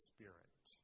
Spirit